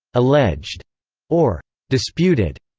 alleged or disputed,